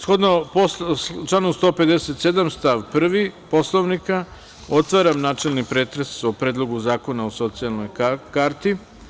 Shodno članu 157. stav 1. Poslovnika, otvaram načelni pretres o Predlogu zakona o socijalnoj karti.